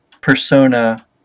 persona